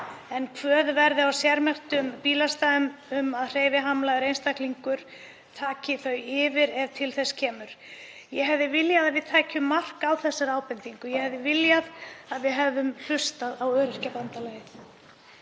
en kvöð verði á sérmerktum bílastæðum um að hreyfihamlaður einstaklingur taki þau yfir ef til þess kemur. Ég hefði viljað að við tækjum mark á þeirri ábendingu. Ég hefði viljað að við hefðum hlustað á Öryrkjabandalagið.